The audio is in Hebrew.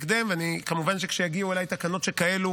כמובן שכשיגיעו אליי תקנות שכאלה